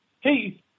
hey